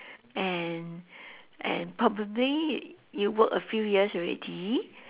and and probably you work a few years already